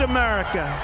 America